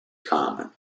common